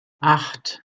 acht